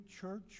church